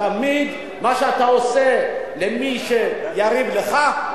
תמיד מה שאתה עושה ליריב שלך,